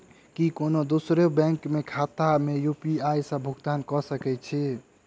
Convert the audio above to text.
की कोनो दोसरो बैंक कऽ खाता मे यु.पी.आई सऽ भुगतान कऽ सकय छी?